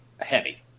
heavy